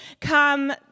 come